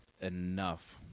enough